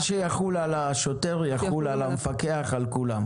מה שיחול על השוטר, יחול על המפקח ועל כולם.